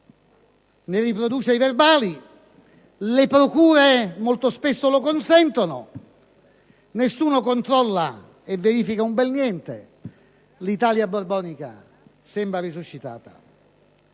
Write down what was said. ne riproduce i verbali, le procure molto spesso lo consentono, nessuno controlla e verifica un bel niente: l'Italia borbonica sembra resuscitata.